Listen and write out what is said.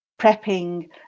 prepping